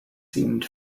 seemed